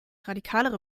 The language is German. radikalere